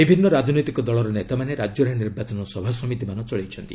ବିଭିନ୍ନ ରାଜନୈତିକ ଦଳର ନେତାମାନେ ରାଜ୍ୟରେ ନିର୍ବାଚନ ସଭା ସମିତିମାନ କରୁଛନ୍ତି